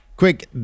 Quick